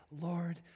Lord